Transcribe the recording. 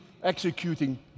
executing